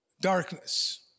darkness